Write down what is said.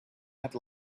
had